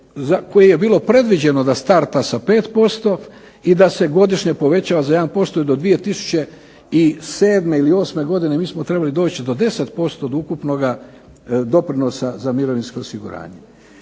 koji je bilo predviđeno da starta sa 5% i da se godišnje povećava 1% do 2007. ili osme godine mi smo trebali doći do 10% od ukupnoga doprinosa za mirovinsko osiguranje.